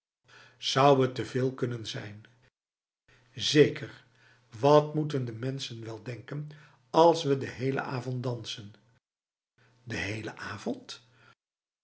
zou het te veel kunnen zijn zeker wat moeten de mensen wel denken als we de hele avond dansen de hele avond